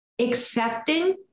Accepting